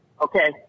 Okay